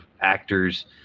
actors